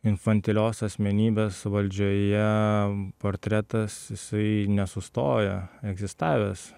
infantilios asmenybės valdžioje portretas jisai nesustoja egzistavęs